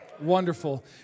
Wonderful